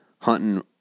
hunting